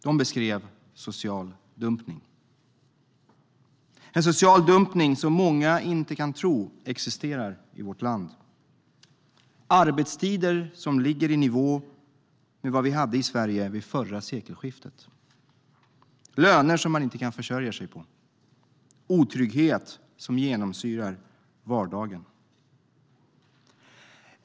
De beskrev social dumpning, en social dumpning som många inte kan tro existerar i vårt land, arbetstider som ligger i nivå med vad vi hade i Sverige vid förra sekelskiftet, löner som man inte kan försörja sig på, otrygghet som genomsyrar vardagen.